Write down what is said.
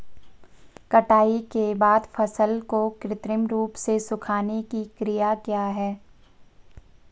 कटाई के बाद फसल को कृत्रिम रूप से सुखाने की क्रिया क्या है?